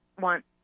want